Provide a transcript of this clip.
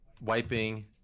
wiping